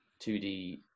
2d